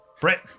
Brett